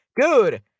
Good